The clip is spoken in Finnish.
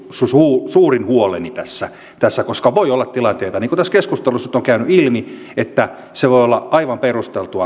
suurin huoleni tässä tässä koska voi olla tilanteita niin kuin tässä keskustelussa nyt on käynyt ilmi että tämmöinen malli voi olla aivan perusteltu